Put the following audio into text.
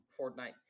Fortnite